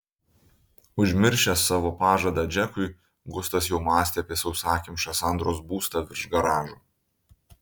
užmiršęs savo pažadą džekui gustas jau mąstė apie sausakimšą sandros būstą virš garažo